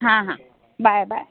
हां हां bye bye